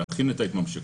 להכין את ההתממשקות,